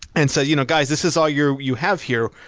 and so you know guys, this is all you you have here.